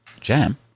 jam